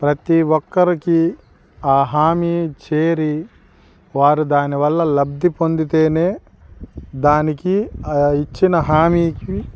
ప్రతీ ఒక్కరికి ఆ హామీ చేరి వారు దానివల్ల లబ్ధి పొందితేనే దానికి ఆ ఇచ్చిన హామీకి